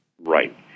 Right